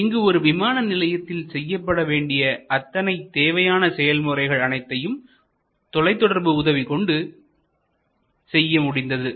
இங்கு ஒரு விமான நிலையத்தில் செய்யப்பட வேண்டிய அத்தனை தேவையான செயல்முறைகள் அனைத்தையும் தொலைத்தொடர்பு உதவிகொண்டு செய்ய முடிந்தது